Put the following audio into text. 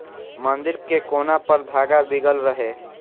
मंदिर के कोना पर धागा बीगल रहे